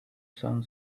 sun